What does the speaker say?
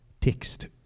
text